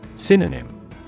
Synonym